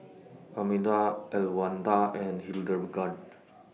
Arminda Elwanda and Hildegarde